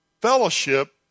fellowship